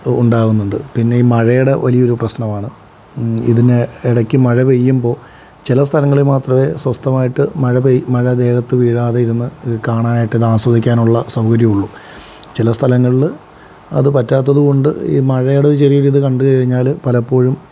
ഉണ്ടാവുന്നുണ്ട് പിന്നെ ഈ മഴയുടെ വലിയൊരു പ്രശ്നമാണ് ഇതിന് ഇടയ്ക്ക് മഴപെയ്യുമ്പോൾ ചില സ്ഥലങ്ങളിൽ മാത്രമേ സ്വസ്ഥമായിട്ട് മഴപെയ്ത് മഴ ദേഹത്ത് വീഴാതെ ഇരുന്ന് ഇത് കാണാനായിട്ട് ഇത് ആസ്വദിക്കാനുള്ള സൗകര്യമുള്ളൂ ചില സ്ഥലങ്ങളിൽ അത് പറ്റാത്തതുകൊണ്ട് ഈ മഴയുടെ ചെറിയൊരു ഇത് കണ്ടുകഴിഞ്ഞാൽ പലപ്പോഴും